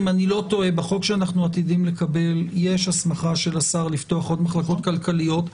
בחוק שאנחנו עתידים לקבל יש הסמכה של השר לפתוח עוד מחלקות כלכליות.